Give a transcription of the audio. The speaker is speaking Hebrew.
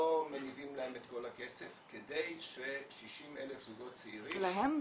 שלא מניבים להם את כל הכסף כדי ש-60,000 זוגות צעירים --- ה'להם'